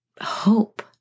Hope